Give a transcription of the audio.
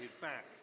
back